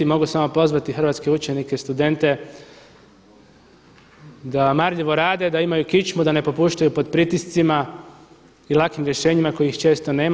Mogu samo pozvati hrvatske učenike, studente da marljivo rade, da imaju kičmu, da ne popuštaju pod pritiscima i lakim rješenjima kojih često nema.